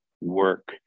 work